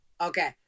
Okay